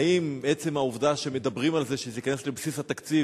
האם עצם העובדה שמדברים על זה שזה ייכנס לבסיס התקציב